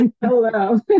Hello